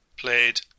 played